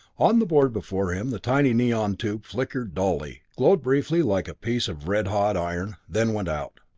on the board before him the tiny neon tube flickered dully, glowed briefly like a piece of red-hot iron, then went out.